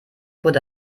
wurde